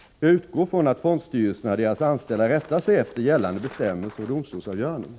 Jag utgår från att fondstyrelserna och deras anställda rättar sig efter gällande bestämmelser och domstolsavgöranden.